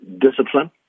discipline